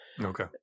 Okay